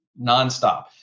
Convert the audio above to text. nonstop